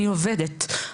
אני עובדת.